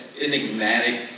enigmatic